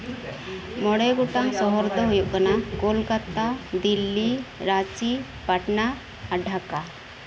ᱢᱚᱬᱮ ᱜᱚᱴᱟᱝ ᱥᱚᱦᱚᱨ ᱫᱚ ᱦᱩᱭᱩᱜ ᱠᱟᱱᱟᱼ ᱠᱳᱞᱠᱟᱛᱟ ᱫᱤᱞᱞᱤ ᱨᱟᱸᱪᱤ ᱯᱟᱴᱱᱟ ᱟᱨ ᱰᱷᱟᱠᱟ